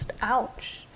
ouch